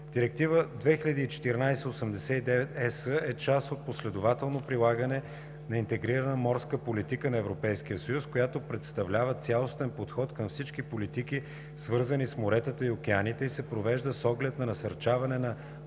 Директивата 2014/89/ЕС е част от последователно прилаганата Интегрирана морска политика на Европейския съюз, която представлява цялостен подход към всички политики, свързани с моретата и океаните, и се провежда с оглед на насърчаване на